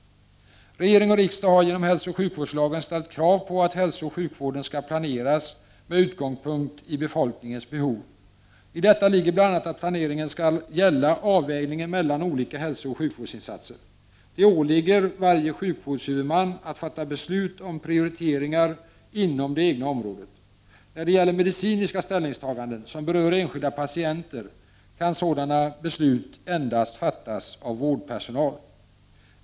Regering och riksdag har genom hälsooch sjukvårdslagen ställt krav på att hälsooch sjukvården skall planeras med utgångspunkt i befolkningens behov. I detta ligger bl.a. att planeringen skall gälla avvägningen mellan olika hälsooch sjukvårdsinsatser. Det åligger varje sjukvårdshuvudman att fatta beslut om prioriteringar inom det egna området. När det gäller medicinska ställningstaganden som berör enskilda patienter, kan sådana beslut endast fattas av vårdpersonal.